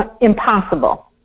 impossible